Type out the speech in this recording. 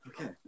Okay